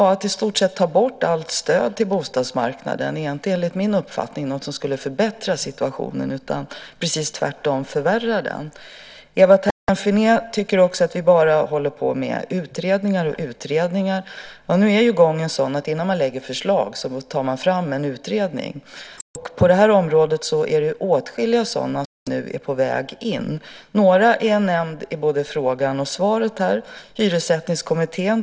Men att i stort sett ta bort allt stöd till bostadsmarknaden skulle inte, enligt min uppfattning, förbättra situationen utan tvärtom förvärra den. Ewa Thalén Finné tycker också att vi bara håller på och utreder. Nu är gången sådan att innan man lägger fram förslag görs en utredning, och på detta område är åtskilliga utredningar på väg in. Några har nämnts i både frågan och svaret, bland annat Hyressättningskommittén.